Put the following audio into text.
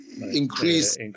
increase